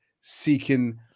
seeking